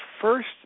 first